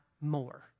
more